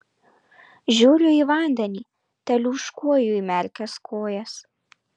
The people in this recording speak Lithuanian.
žiūriu į vandenį teliūškuoju įmerkęs kojas